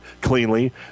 cleanly